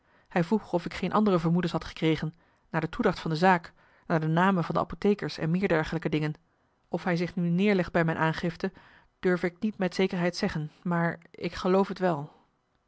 hij vroeg of ik geen andere vermoedens had gekregen naar de toedracht van de zaak naar de namen van de apothekers en meer dergelijke dingen of hij zich nu neerlegt bij mijn aangifte durf ik niet met zekerheid zeggen maar ik geloof t wel